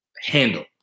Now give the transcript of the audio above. handle